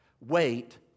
Wait